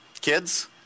kids